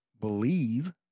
believe